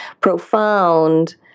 profound